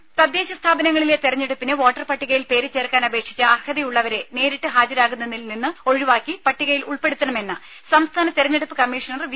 ദുദ തദ്ദേശ സ്ഥാപനങ്ങളിലെ തിരഞ്ഞെടുപ്പിന് വോട്ടർ പട്ടികയിൽ പേര് ചേർക്കാൻ അപേക്ഷിച്ച അർഹതയുള്ളവരെ നേരിട്ട് ഹാജരാകുന്നതിൽനിന്ന് ഒഴിവാക്കി പട്ടികയിൽ ഉൾപ്പെടുത്തണമെന്ന് സംസ്ഥാന തിരഞ്ഞെടുപ്പ് കമ്മീഷണർ വി